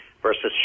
versus